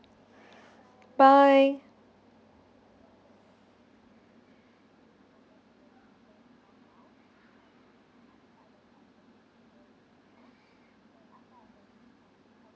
bye